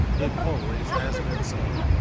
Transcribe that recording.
it always has been so,